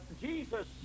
jesus